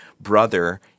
brother